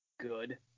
good